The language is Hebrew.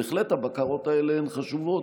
בהחלט הבקרות האלה הן חשובות.